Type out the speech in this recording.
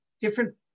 different